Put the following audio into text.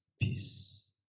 peace